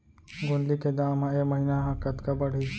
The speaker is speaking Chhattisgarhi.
गोंदली के दाम ह ऐ महीना ह कतका बढ़ही?